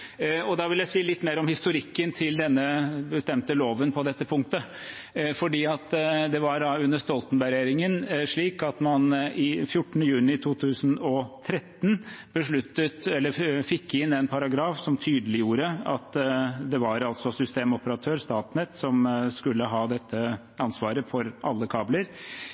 Da vil jeg si litt mer om historikken til denne bestemte loven på dette punktet. Det var under Stoltenberg-regjeringen at man 14. juni 2013 fikk inn en paragraf som tydeliggjorde at det var systemoperatør, Statnett, som skulle ha dette ansvaret for alle kabler.